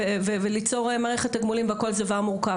וליצור מערכת תגמולים והכול זה דבר מורכב,